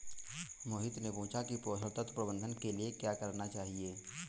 मोहित ने पूछा कि पोषण तत्व प्रबंधन के लिए क्या करना चाहिए?